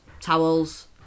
towels